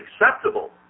acceptable